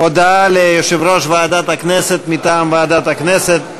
הודעה ליושב-ראש ועדת הכנסת מטעם ועדת הכנסת.